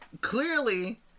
clearly